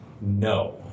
No